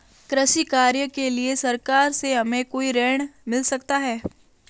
कृषि कार्य के लिए सरकार से हमें कोई ऋण मिल सकता है?